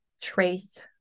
trace